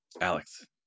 Alex